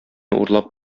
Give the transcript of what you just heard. урлап